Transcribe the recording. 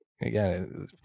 again